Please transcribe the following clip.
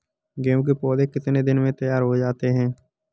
गेहूँ के पौधे कितने दिन में तैयार हो जाते हैं?